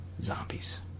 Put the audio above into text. zombies